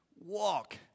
walk